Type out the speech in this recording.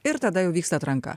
ir tada jau vyksta atranka